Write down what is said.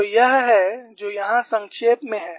तो यह है जो यहाँ संक्षेप में है